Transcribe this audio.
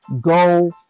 go